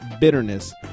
bitterness